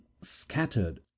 scattered